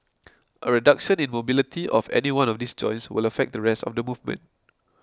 a reduction in mobility of any one of these joints will affect the rest of the movement